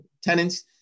tenants